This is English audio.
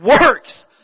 works